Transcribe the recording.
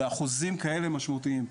באחוזים כאלה משמעותיים,